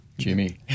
Jimmy